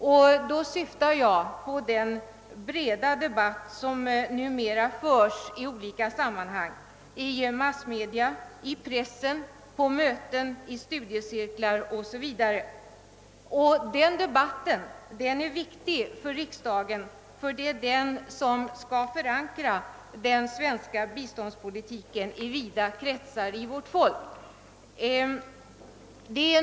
Jag syftar då på den breda debatt som numera förs i olika sammanhang: i massmedia, i pressen, på möten, i studiecirklar o. s. v. Denna debatt är viktig för riksdagen ty det är genom den som den svenska biståndspolitiken skall förankras inom vida kretsar av vårt folk.